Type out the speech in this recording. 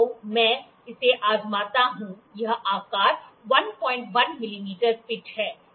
तो मैं इसे आजमाता हूं यह आकार 11 मिमी पिच है